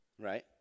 Right